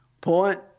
Point